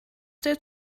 der